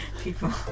people